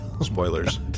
Spoilers